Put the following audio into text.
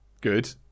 Good